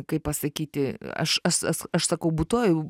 kaip pasakyti aš aš as sakau būtuoju